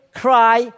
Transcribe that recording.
cry